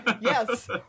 Yes